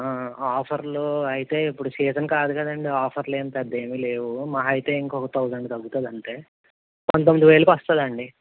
ఆఫర్లో అయితే ఇప్పుడు సీజన్ కాదు కాదండి ఆఫర్లు ఏం పెద్ద ఏం లేవు మహా అయితే ఇంకొక తౌజండ్ తగ్గుతుంది అంతే పంతొమ్మిది వేలకు వస్తుందండి